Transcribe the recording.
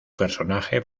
personaje